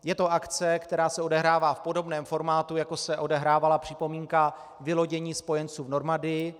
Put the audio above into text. Je to akce, která se odehrává v podobném formátu, jako se odehrávala připomínka vylodění spojenců v Normandii.